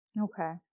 Okay